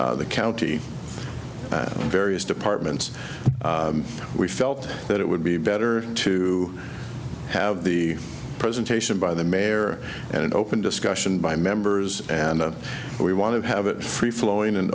s the county in various departments we felt that it would be better to have the presentation by the mayor and an open discussion by members and we want to have it free flowing and